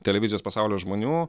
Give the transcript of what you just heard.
televizijos pasaulio žmonių